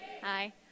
Hi